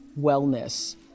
wellness